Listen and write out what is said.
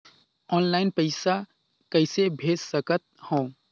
Online पइसा कइसे भेज सकत हो?